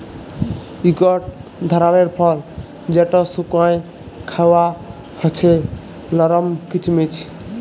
ইকট ধারালের ফল যেট শুকাঁয় খাউয়া হছে লরম কিচমিচ